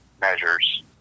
measures